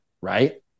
right